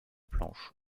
planches